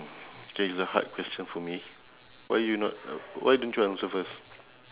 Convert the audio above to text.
K it's a hard question for me why you not why don't you answer first